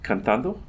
Cantando